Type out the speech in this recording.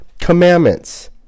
commandments